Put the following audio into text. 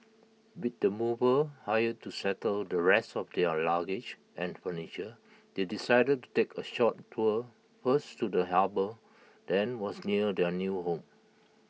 with the movers hired to settle the rest of their luggage and furniture they decided to take A short tour first to the harbour then was near their new home